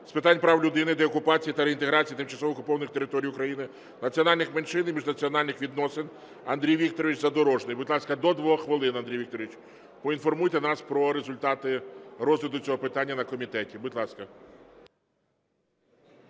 з питань прав людини, деокупації та реінтеграції тимчасово окупованих територій України, національних меншин і міжнаціональних відносин Андрій Вікторович Задорожний. Будь ласка, до 2 хвилин, Андрій Вікторович, поінформуйте нас про результати розгляду цього питання на комітеті. Будь ласка.